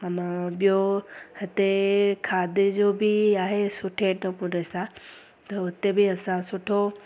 अना ॿियो हिते खाधे जो बि आहे सुठे नमूने सां त हुते बि असां सुठो